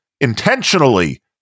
intentionally